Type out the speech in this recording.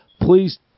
Please